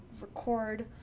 record